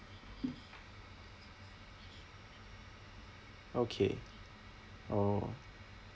okay oh